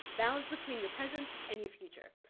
balance between your present and your future.